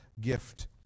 gift